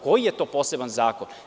Koji je to poseban zakon?